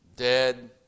Dead